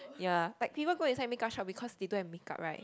ya like people go inside makeup shop because they don't have makeup right